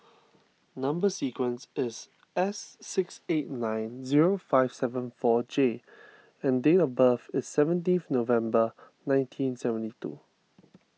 Number Sequence is S six eight nine zero five seven four J and date of birth is seventeenth November nineteen seventy two